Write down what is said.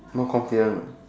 no confidence ah